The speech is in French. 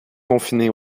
confiné